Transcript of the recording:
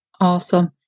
Awesome